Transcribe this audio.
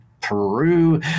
Peru